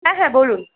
হ্যাঁ বলুন